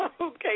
Okay